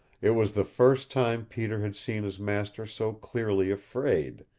it was the first time peter had seen his master so clearly afraid,